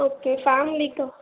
okay ஃபேமிலிக்காக